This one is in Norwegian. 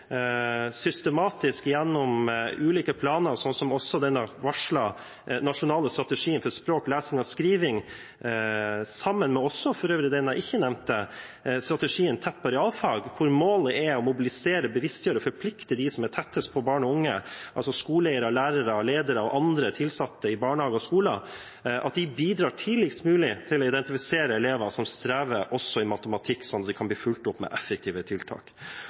systematisk gjennom ulike planer sånn som den varslede nasjonale strategien for språk, lesing og skriving, sammen med for øvrig den jeg ikke nevnte, strategien «Tett på realfag», hvor målet er å mobilisere, bevisstgjøre og forplikte dem som er tettest på barn og unge, altså skoleeiere, lærere og ledere og andre ansatte i barnehager og skoler – bidrar til tidligst mulig å identifisere elever som strever også i matematikk, sånn at de kan bli fulgt opp med effektive tiltak.